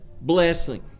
blessing